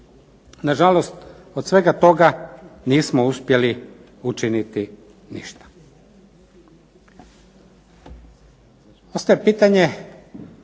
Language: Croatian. Na žalost, od svega toga nismo uspjeli učiniti ništa.